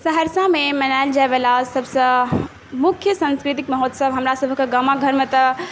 सहरसामे मनाएल जाइवला सबसँ मुख्य सांस्कृतिक महोत्सव हमरा सबके गाम घरमे तऽ